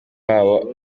wabo